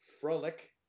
Frolic